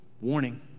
warning